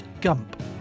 Gump